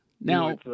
Now